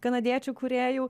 kanadiečių kūrėjų